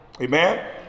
Amen